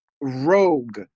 rogue